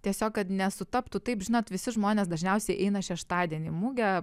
tiesiog kad nesutaptų taip žinot visi žmonės dažniausiai eina šeštadienį į mugę